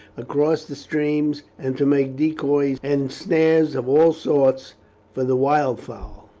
across the streams, and to make decoys and snares of all sorts for the wildfowl.